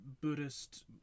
Buddhist